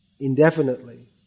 indefinitely